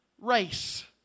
race